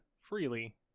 freely